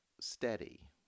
steady